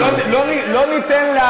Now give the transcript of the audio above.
לא ניתן,